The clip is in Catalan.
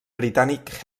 britànic